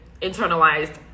internalized